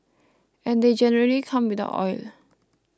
and they generally come without oil